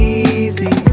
easy